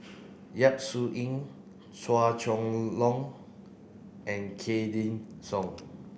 Yap Su Yin Chua Chong Long and Wykidd Song